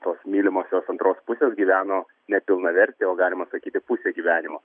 tos mylimosios antros pusės gyveno nepilnavertį o galima sakyti pusę gyvenimo